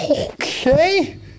okay